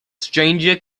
stranger